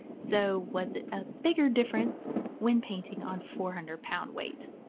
so was it a bigger difference when painting on four hundred lb weight?